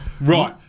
Right